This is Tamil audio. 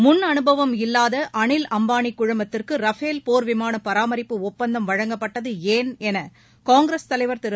முன்அனுபவமில்லாத அளில் அம்பாளி குழுமத்திற்கு ரஃபேல் போர்விமான பராமரிப்பு ஒப்பந்தம் வழங்கப்பட்டது ஏன் என காங்கிரஸ் தலைவர் திரு